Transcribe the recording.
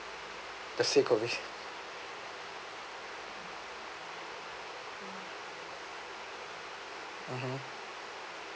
the sake of it mmhmm